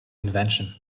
invention